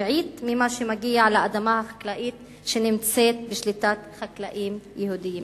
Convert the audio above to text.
שביעית ממה שמגיע לאדמה החקלאית שנמצאת בשליטת חקלאים יהודים.